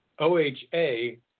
OHA